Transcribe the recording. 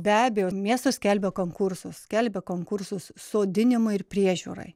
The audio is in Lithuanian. be abejo miestas skelbia konkursus skelbia konkursus sodinimui ir priežiūrai